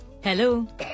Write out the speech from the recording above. Hello